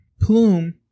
plume